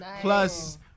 Plus